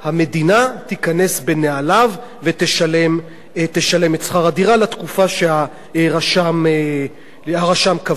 המדינה תיכנס בנעליו ותשלם את שכר הדירה לתקופה שהרשם קבע.